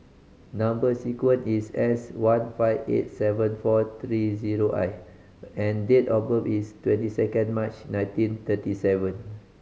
number sequence is S one five eight seven four three zero I and date of birth is twenty second March nineteen thirty seven